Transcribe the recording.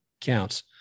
counts